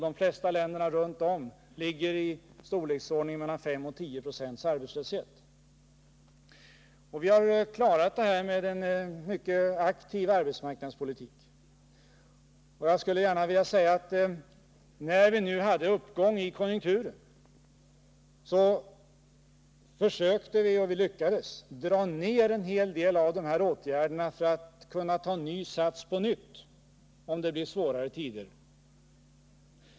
De flesta länder runt om oss har en arbetslöshet på mellan 5 och 10 96. Vi har klarat detta tack vare en mycket aktiv arbetsmarknadspolitik. Och jag skulle gärna vilja säga att när vi nu hade en uppgång i konjunkturerna så försökte vi — och lyckades — att dra ner en hel del av de arbetsmarknadspolitiska åtgärderna för att kunna ta sats på nytt om det blir svårare tider.